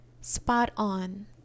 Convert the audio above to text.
spot-on